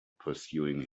pursuing